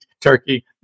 turkey